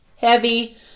heavy